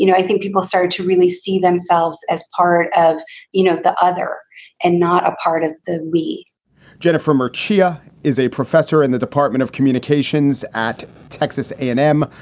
you know i think people started to really see themselves as part of you know the other and not a part of the way jennifer makiya is a professor in the department of communications at texas a and m.